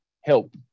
help